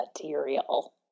material